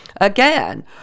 Again